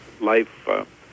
life